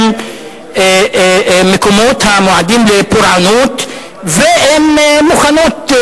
הם מקומות המועדים לפורענות ואין מוכנות,